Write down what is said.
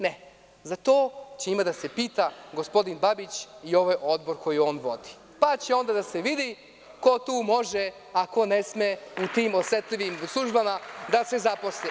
Ne, za to ima da se pita gospodin Babić i ovaj odbor koji on vodi, pa će onda da se vidi ko tu može a ko ne sme u tim osetljivim službama da se zaposle.